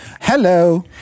Hello